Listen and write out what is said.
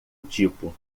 tipo